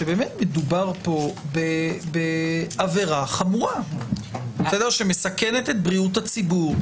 שבאמת מדובר פה בעבירה חמורה שמסכנת את בריאות הציבור,